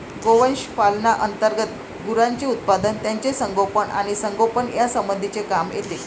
गोवंश पालना अंतर्गत गुरांचे उत्पादन, त्यांचे संगोपन आणि संगोपन यासंबंधीचे काम येते